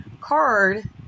card